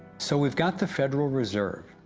so we got the federal reserve,